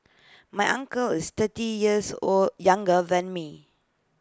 my uncle is thirty years old younger than me